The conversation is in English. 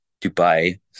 Dubai